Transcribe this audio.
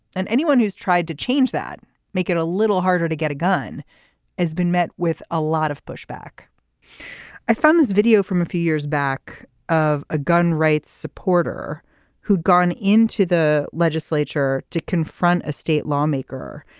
and anyone who's tried to change that make it a little harder to get a gun has been met with a lot of pushback i found this video from a few years back of a gun rights supporter who'd gone into the legislature to confront a state lawmaker.